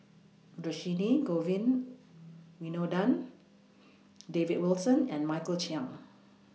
Dhershini Govin Winodan David Wilson and Michael Chiang